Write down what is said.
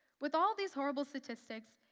with all these horrible statistics,